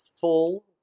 full